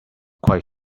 quite